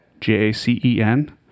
J-A-C-E-N